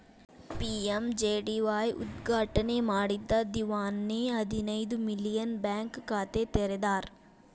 PMJDY ಉದ್ಘಾಟನೆ ಮಾಡಿದ್ದ ದಿವ್ಸಾನೆ ಹದಿನೈದು ಮಿಲಿಯನ್ ಬ್ಯಾಂಕ್ ಖಾತೆ ತೆರದಾರ್